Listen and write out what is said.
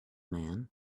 man